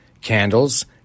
candles